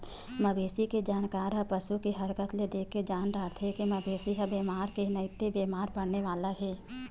मवेशी के जानकार ह पसू के हरकत ल देखके जान डारथे के मवेशी ह बेमार हे नइते बेमार परने वाला हे